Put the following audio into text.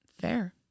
Fair